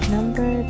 Number